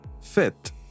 fit